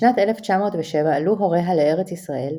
בשנת 1907 עלו הוריה לארץ ישראל,